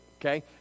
okay